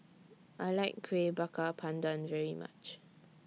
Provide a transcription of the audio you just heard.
I like Kuih Bakar Pandan very much